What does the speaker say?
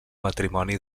matrimoni